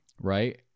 right